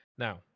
Now